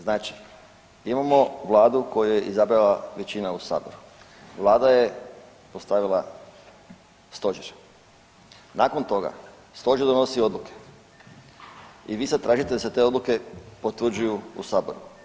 Znači imamo vladu koju je izabrala većina u saboru, vlada je postavila stožer, nakon toga stožer donosi odluke i vi sad tražite da se te odluke potvrđuju u saboru.